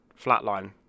flatline